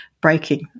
breaking